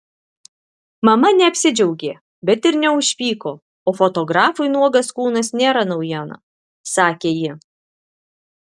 mama neapsidžiaugė bet ir neužpyko o fotografui nuogas kūnas nėra naujiena sakė ji